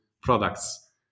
products